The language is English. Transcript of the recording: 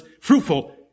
fruitful